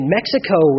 Mexico